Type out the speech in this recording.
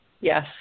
Yes